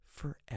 forever